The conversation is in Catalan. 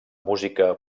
música